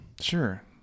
Sure